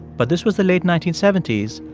but this was the late nineteen seventy s,